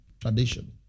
Tradition